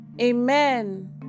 Amen